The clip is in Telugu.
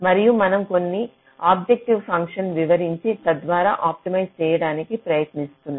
మరియు మనం కొన్ని ఆబ్జెక్టివ్ ఫంక్షన్ వివరించి తద్వారా ఆప్టిమైజ్ చేయడానికి ప్రయత్నిస్తున్న